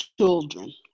children